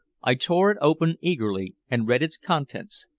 i tore it open eagerly, and read its contents.